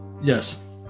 Yes